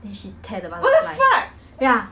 then she teared the butterfly ya